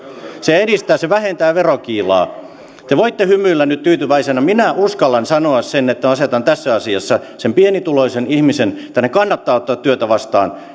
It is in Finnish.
se vähentää verokiilaa te voitte hymyillä nyt tyytyväisinä minä uskallan sanoa sen että asetan tässä asiassa sen pienituloisen ihmisen etusijalle sen että hänen kannattaa ottaa työtä vastaan